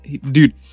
Dude